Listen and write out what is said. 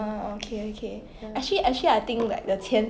orh ya that's true that's true